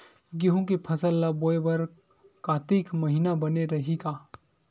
गेहूं के फसल ल बोय बर कातिक महिना बने रहि का?